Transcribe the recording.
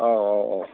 औ औ औ